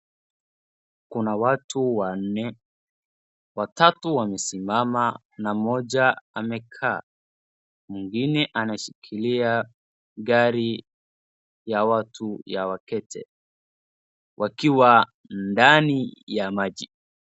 Kuna watu wanne, watatu wamesimama na mmoja amekaa, mwingine anashikilia gari la watu la wakete wakiwa ndani ya maji.